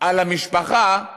על המשפחה,